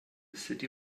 city